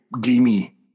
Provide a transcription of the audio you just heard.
gamey